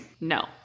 no